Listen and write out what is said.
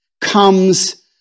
comes